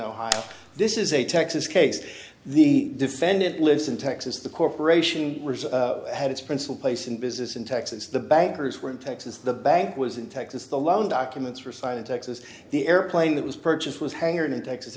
ohio this is a texas case the defendant lives in texas the corporation had its principal place in business in texas the bankers were in texas the bank was in texas the loan documents were cited texas the airplane that was purchased was hangar in texas